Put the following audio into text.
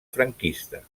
franquista